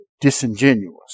disingenuous